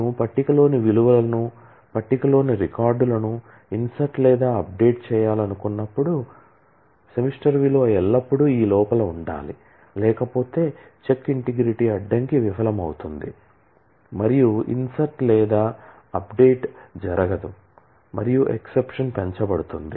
నేను టేబుల్ లోని విలువలను టేబుల్ లోని రికార్డులను ఇన్సర్ట్ లేదా అప్డేట్ జరగదు మరియు ఎక్సెప్షన్ పెంచబడుతుంది